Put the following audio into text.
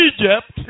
Egypt